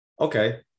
okay